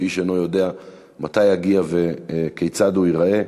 שאיש אינו יודע מתי יגיע וכיצד ייראה.